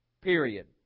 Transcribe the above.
Period